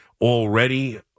Already